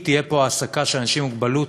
אם תהיה פה העסקה של אנשים עם מוגבלות,